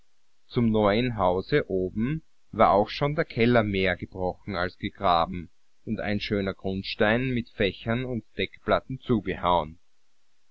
zum neuen hause oben war auch schon der keller mehr gebrochen als gegraben und ein schöner grundstein mit fächern und deckplatten zugehauen